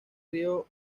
río